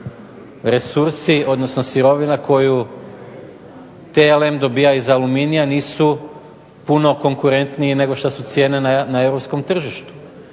resursi odnosno sirovina koju TLM dobiva iz aluminija nisu puno konkurentniji nego što su cijene na europskom tržištu.